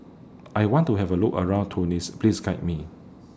I want to Have A Look around Tunis Please Guide Me